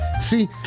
see